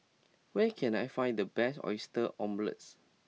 where can I find the best Oyster Omelette